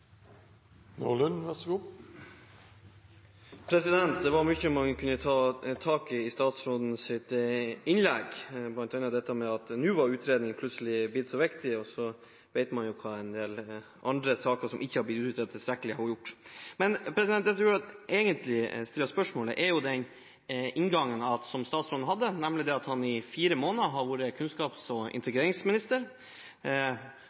Det var mye man kunne tatt tak i i statsrådens innlegg, bl.a. at nå var utredning plutselig blitt så viktig. Man vet jo hva en del andre saker, som ikke er blitt utredet tilstrekkelig, har gjort. Inngangen statsråden hadde, var at han i fire måneder har vært kunnskaps- og integreringsminister. Representanten Engen-Helgheim fra Fremskrittspartiet, et av regjeringspartiene, viste til at det ble gjort for lite under den forrige regjeringen. Denne regjeringen har nå sittet i fem år, og